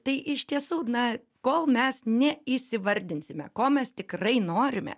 tai iš tiesų na kol mes neįsivardinsime ko mes tikrai norime